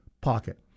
pocket